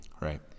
right